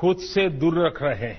खूद से दूर रख रहे हैं